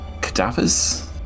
cadavers